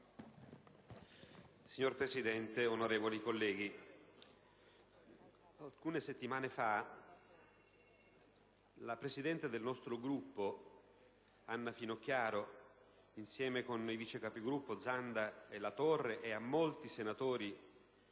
Signor Presidente, onorevoli colleghi, alcune settimane fa la presidente del nostro Gruppo, Anna Finocchiaro, insieme ai vice capigruppo Zanda e Latorre e a molti senatori